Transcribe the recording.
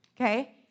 okay